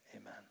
amen